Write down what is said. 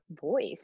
voice